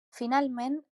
finalment